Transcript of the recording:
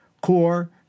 Core